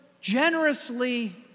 generously